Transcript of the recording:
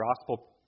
gospel